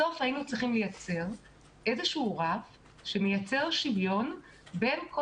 בסוף היינו צריכים לייצר רף שמייצר שוויון בין כל